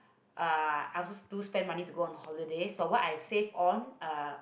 uh I also too spend money to go on holidays but what I saved on uh